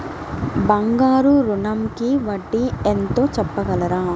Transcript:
బంగారు ఋణంకి వడ్డీ ఎంతో చెప్పగలరా?